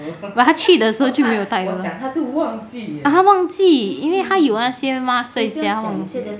but 他去的时候就没有带 um 他忘记因为他有那些 mask 在家